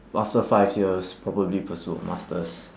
after five years probably pursue a masters